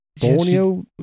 Borneo